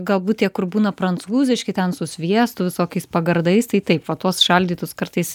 galbūt tie kur būna prancūziški ten su sviestu visokiais pagardais tai taip va tuos šaldytus kartais